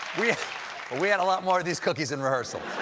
we we had a lot more of these cookies in rehearsal.